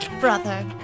brother